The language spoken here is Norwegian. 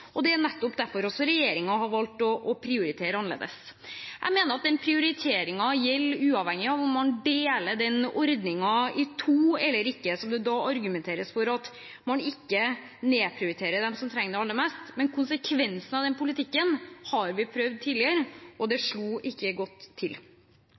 Og det er nettopp derfor regjeringen har valgt å prioritere annerledes. Jeg mener at den prioriteringen gjelder uavhengig av om man deler ordningen i to eller ikke, som blir brukt som et argument for at man ikke skal nedprioritere dem som trenger det aller mest. Konsekvensen av den politikken har vi prøvd tidligere, og det